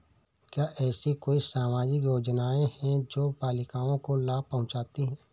क्या ऐसी कोई सामाजिक योजनाएँ हैं जो बालिकाओं को लाभ पहुँचाती हैं?